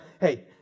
Hey